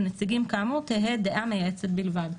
לנציגים כאמור תהא דעה מייעצת בלבד".